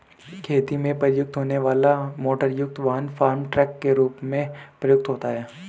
खेती में प्रयुक्त होने वाला मोटरयुक्त वाहन फार्म ट्रक के रूप में प्रयुक्त होता है